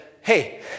hey